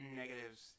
negatives